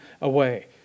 away